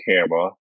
camera